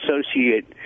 associate